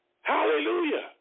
Hallelujah